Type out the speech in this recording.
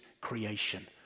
creation